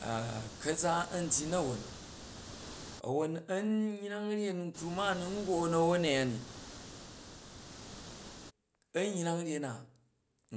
ka̱za an dyyi na̱won a̱won an yrong ryen na u̱ nun goo na̱won a̱ya ni, a̱n prang ryen na